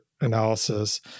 analysis